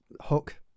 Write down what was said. hook